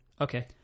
Okay